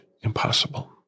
impossible